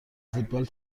فوتبال